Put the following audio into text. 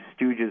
stooges